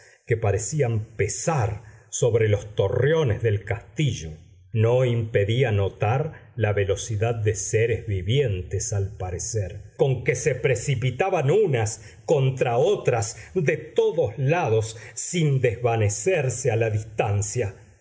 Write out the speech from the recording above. que parecían pesar sobre los torreones del castillo no impedía notar la velocidad de seres vivientes al parecer con que se precipitaban unas contra otras de todos lados sin desvanecerse a la distancia